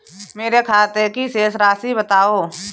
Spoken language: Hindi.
मेरे खाते की शेष राशि बताओ?